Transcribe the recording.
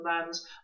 lands